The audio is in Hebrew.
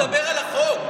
אני מדבר על החוק.